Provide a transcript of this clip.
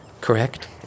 correct